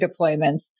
deployments